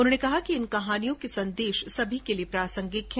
उन्होंने कहा कि इन कहानियों के संदेश सभी के लिए प्रासंगिक हैं